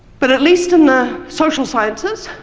but at least in the social sciences,